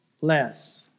less